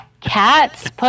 cats